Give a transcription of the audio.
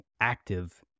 active